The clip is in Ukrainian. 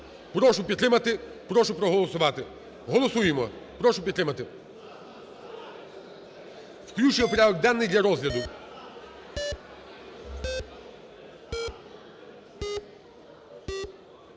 Прошу підтримати. Прошу проголосувати. Голосуємо. Прошу підтримати. Включення в порядок денний для розгляду.